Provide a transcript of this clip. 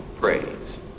praise